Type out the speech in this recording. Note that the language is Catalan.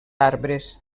arbres